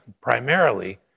primarily